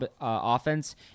offense